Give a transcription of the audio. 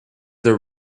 there